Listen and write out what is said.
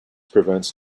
prevents